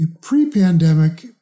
pre-pandemic